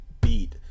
beat